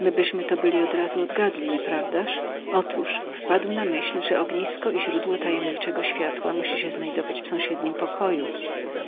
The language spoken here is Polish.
zwęgla w nieznanym ogniu wkońcu wpadł na myśl mybyśmy to byli odrazu odgadli nieprawdaż otóż wpadł na myśl że ognisko i źródło tajemniczego światła musi się znajdować w sąsiednim pokoju